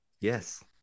Yes